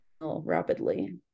rapidly